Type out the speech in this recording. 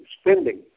spending